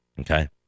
Okay